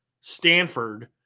Stanford